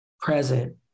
present